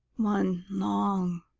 one long